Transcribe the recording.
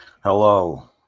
Hello